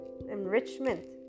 enrichment